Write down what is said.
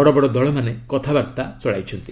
ବଡ଼ବଡ଼ ଦଳମାନେ କଥାବାର୍ତ୍ତା ଚଳେଇଛନ୍ତି